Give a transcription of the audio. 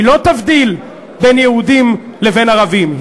היא לא תבדיל בין יהודים לבין ערבים.